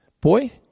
boy